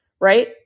right